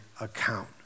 account